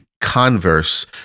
converse